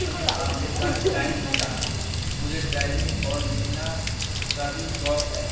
اپنے آپ کے ساتھ ٹائم بتانا مجھے ڈرائیونگ اور لکھنے کا بھی شوق ہے